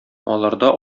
аларда